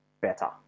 better